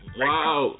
wow